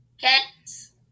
Cats